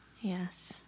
Yes